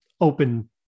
open